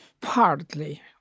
Partly